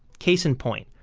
case in point,